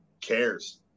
cares